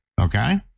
Okay